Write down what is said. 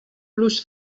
plus